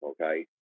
okay